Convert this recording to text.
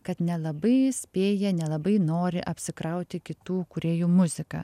kad nelabai spėja nelabai nori apsikrauti kitų kūrėjų muzika